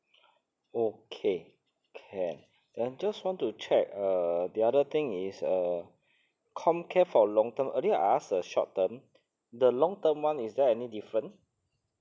okay can and just want to check uh the other thing is uh comcare for long term I think I ask the short term the long term [one] is there any different